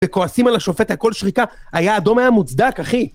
וכועסים על השופט הכל שריקה היה אדום היה מוצדק אחי